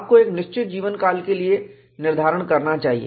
आपको एक निश्चित जीवन काल के लिए निर्धारित करना चाहिए